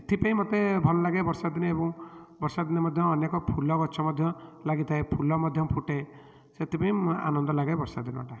ଏଥିପାଇଁ ମୋତେ ଭଲ ଲାଗେ ବର୍ଷା ଦିନେ ଏବଂ ବର୍ଷା ଦିନେ ମଧ୍ୟ ଅନେକ ଫୁଲ ଗଛ ମଧ୍ୟ ଲାଗିଥାଏ ଫୁଲ ମଧ୍ୟ ଫୁଟେ ସେଥିପାଇଁ ଆନନ୍ଦ ଲାଗେ ବର୍ଷା ଦିନଟା